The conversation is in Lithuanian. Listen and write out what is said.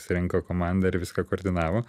surinko komandą ir viską koordinavo